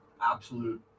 absolute